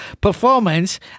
performance